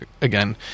again